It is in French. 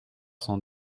cent